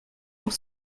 pour